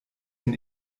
den